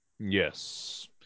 Yes